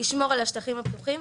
ישמור על השטחים הפתוחים,